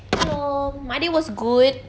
hello my day was good